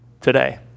today